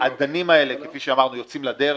האדנים האלה, כפי שאמרנו, יוצאים לדרך.